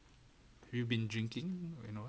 you've been drinking you know